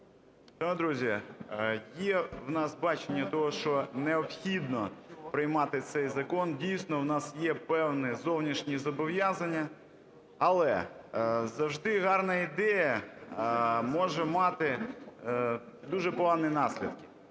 друзі! Є в нас бачення того, що необхідно приймати цей закон. Дійсно, в нас є певні зовнішні зобов'язанні. Але завжди гарна ідея може мати дуже погані наслідки.